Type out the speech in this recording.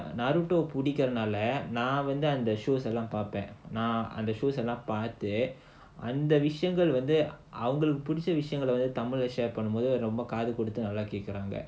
so our local na~ naruto புடிக்கிறதால நான் வந்து அந்த:pudikkirathaala naan vandhu andha shows லாம் பார்ப்பேன் நான் பார்த்து அந்த விஷயங்கள வந்து தமிழ்ல:paarppaen naan paarthu andha vishayangala vandhu tamilla share பண்ணும்போது நல்லா கத்துகுடுத்து கேக்குறாங்க:pannumpothu nallaa kathukuduthu kekkuraanga